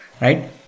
right